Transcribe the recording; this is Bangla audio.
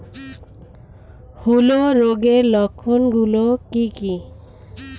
হূলো রোগের লক্ষণ গুলো কি কি?